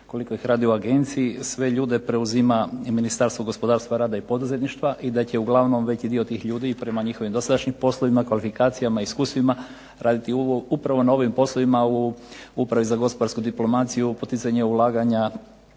koliko ih radi u agenciji sve ljude preuzima Ministarstvo gospodarstva, rada i poduzetništva i da će uglavnom veći dio tih ljudi prema njihovim dosadašnjim poslovima i kvalifikacijama, iskustvima raditi upravo na ovim poslovima u Upravi za gospodarsku diplomaciju, poticanja ulaganja